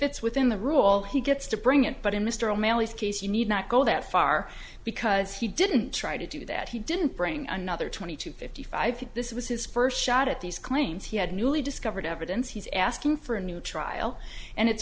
it's within the rule he gets to bring it but in mr o'malley's case you need not go that far because he didn't try to do that he didn't bring another twenty two fifty five this was his first shot at these claims he had newly discovered evidence he's asking for a new trial and it's